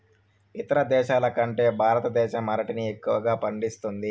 ఇతర దేశాల కంటే భారతదేశం అరటిని ఎక్కువగా పండిస్తుంది